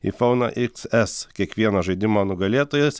ifauną it es kiekvienas žaidimo nugalėtojas